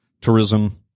tourism